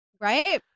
right